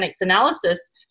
analysis